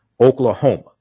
Oklahoma